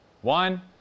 One